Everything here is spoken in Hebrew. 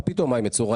מה פתאום מה הם מצורעים?